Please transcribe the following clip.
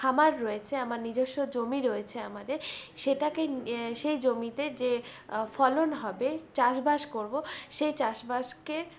খামার রয়েছে আমার নিজস্ব জমি রয়েছে আমাদের সেটাকে সেই জমিতে যে ফলন হবে চাষ বাস করবো সেই চাষ বাসকে